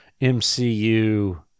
MCU